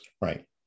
right